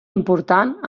important